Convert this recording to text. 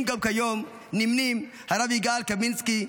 גם כיום נמנים הרב יגאל קמינצקי,